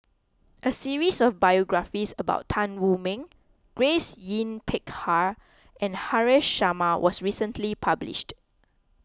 a series of biographies about Tan Wu Meng Grace Yin Peck Ha and Haresh Sharma was recently published